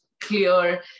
clear